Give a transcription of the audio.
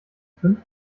fünf